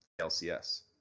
LCS